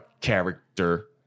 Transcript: character